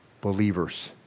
believers